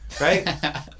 right